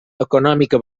econòmica